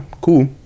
cool